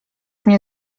mnie